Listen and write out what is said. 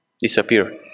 disappear